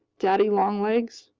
daddy longlegs,